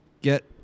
get